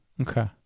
Okay